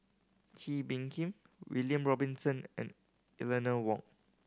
Kee Bee Khim William Robinson and Eleanor Wong